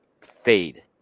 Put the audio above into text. fade